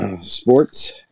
sports